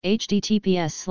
https